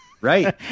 Right